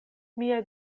mia